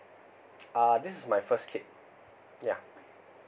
uh this is my first kid yeah